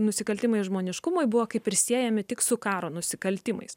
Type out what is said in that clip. nusikaltimai žmoniškumui buvo kaip ir siejami tik su karo nusikaltimais